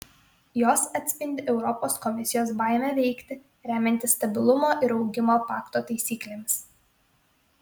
jos atspindi europos komisijos baimę veikti remiantis stabilumo ir augimo pakto taisyklėmis